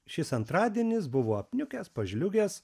šis antradienis buvo apniukęs pažliugęs